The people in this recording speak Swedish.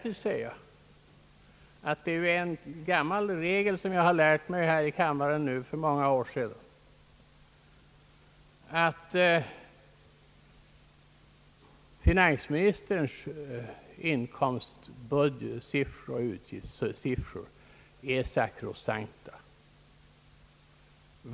Det är en gammal regel, som jag lärde mig här i kammaren för många år sedan, att finansministerns inkomstsiffror och utgiftssiffror av regeringen anses sakrosankta.